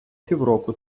півроку